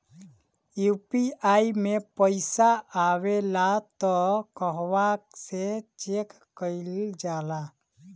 UPI मे पइसा आबेला त कहवा से चेक कईल जाला?